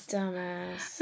Dumbass